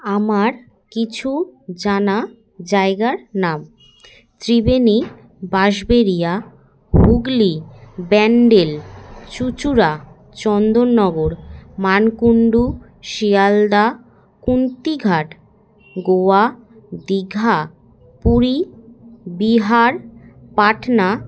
আমার কিছু জানা জায়গার নাম ত্রিবেণী বাঁশবেরিয়া হুগলি ব্যান্ডেল চুচুড়া চন্দননগর মানকুণ্ডু শিয়ালদা কুন্তিঘাট গোয়া দীঘা পুরী বিহার পাটনা